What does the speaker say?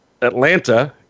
Atlanta